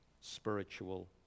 spiritual